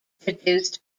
produced